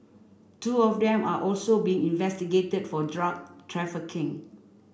two of them are also being investigated for drug trafficking